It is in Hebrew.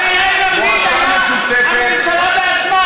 מועצה משותפת,